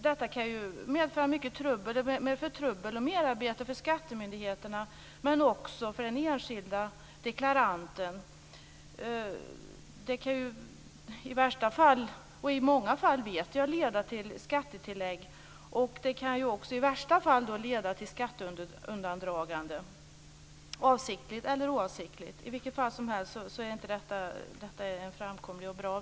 Detta kan skapa trassel och merarbete både för skattemyndigheterna och för den enskilde deklaranten. Detta kan - jag vet att det ofta förekommer - leda till skattetillägg och i värsta fall till skatteundandragande, avsiktligt eller oavsiktligt. I vilket fall som helst är nuvarande ordning inte framkomlig.